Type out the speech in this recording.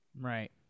Right